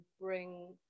bring